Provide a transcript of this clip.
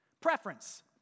Preference